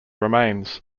remains